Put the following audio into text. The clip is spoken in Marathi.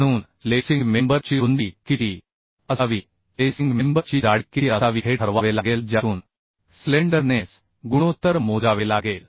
म्हणून लेसिंग मेंबर ची रुंदी किती असावी लेसिंग मेंबर ची जाडी किती असावी हे ठरवावे लागेल ज्यातून स्लेंडरनेस गुणोत्तर मोजावे लागेल